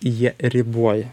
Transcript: jie riboja